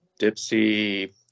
Dipsy